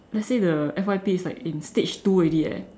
let's say the F_Y_P is like in stage two already leh